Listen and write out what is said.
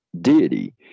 deity